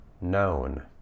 known